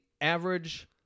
average